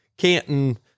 Canton